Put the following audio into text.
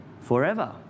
forever